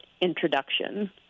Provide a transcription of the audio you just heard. introduction